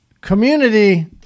community